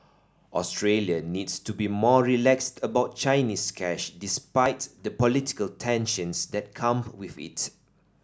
Australia needs to be more relaxed about Chinese cash despite the political tensions that come with it